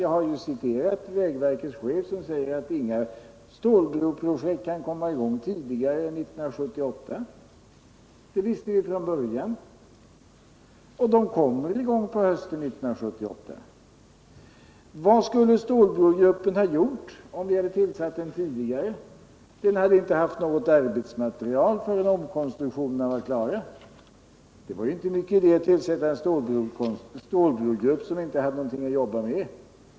Jag har citerat vägverkets chef, som sade att inga stålbroprojekt kan komma i gång tidigare än 1978. Det visste vi från början, och de kommer också i gång på hösten 1978. Vad skulle stålbrogruppen ha gjort, om vi hade tillsatt den tidigare? Den hade inte haft något arbetsmaterial förrän omkonstruktionerna hade varit klara. Det var inte stor idé att tillsätta en stålbrogrupp som inte hade något att arbeta med.